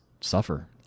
suffer